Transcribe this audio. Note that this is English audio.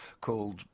called